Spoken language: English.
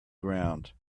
ground